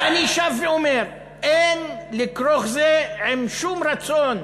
ואני שב ואומר: אין לכרוך את זה עם שום רצון,